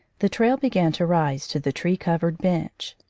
the trail began to rise to the tree-covered bench.